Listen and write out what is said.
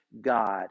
God